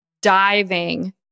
diving